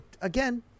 again